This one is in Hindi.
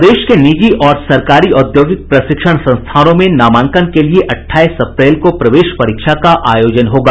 प्रदेश के निजी और सरकारी औद्योगिक प्रशिक्षण संस्थानों में नामांकन के लिए अट्ठाईस अप्रैल को प्रवेश परीक्षा का आयोजन होगा